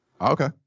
Okay